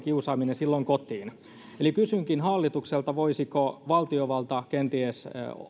silloin kotiin kysynkin hallitukselta voisiko valtiovalta kenties